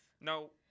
No